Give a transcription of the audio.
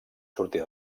sortir